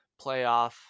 playoff